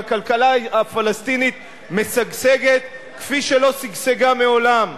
והכלכלה הפלסטינית משגשגת כפי שלא שגשגה מעולם.